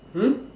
hmm